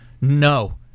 No